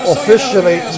Officially